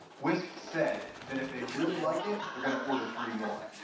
wisp said, that if they really like it, they're going to order three more,